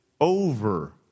over